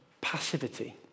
passivity